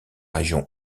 région